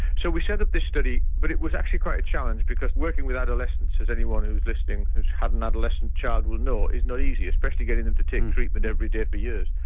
so we set up this study but it was actually quite a challenge because working with adolescents as anyone who is listening who's had an adolescent child will know is not easy, especially getting them to take treatment every day for years.